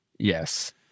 Yes